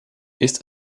ist